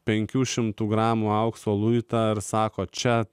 penkių šimtų gramų aukso luitą ir sako čia